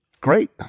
great